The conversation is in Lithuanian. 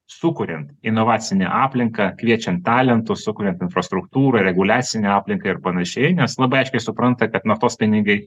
sukuriant inovacinę aplinką kviečiant talentus sukuriant infrastruktūrą reguliacinę aplinką ir panašiai nes labai aiškiai supranta kad naftos pinigai